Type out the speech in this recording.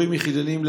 הורים יחידניים,